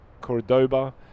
Cordoba